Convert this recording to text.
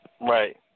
Right